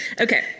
okay